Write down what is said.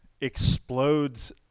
explodes